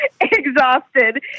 Exhausted